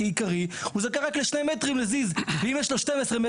והשאלה זה רק אם --- לא רק שיש הסכמה,